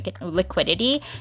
liquidity